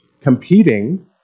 competing